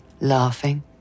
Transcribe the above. laughing